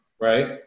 Right